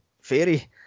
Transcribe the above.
fairy